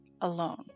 alone